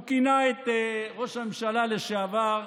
הוא כינה את ראש הממשלה לשעבר,